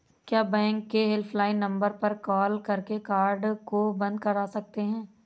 क्या बैंक के helpline number पर कॉल करके कार्ड को बंद करा सकते हैं?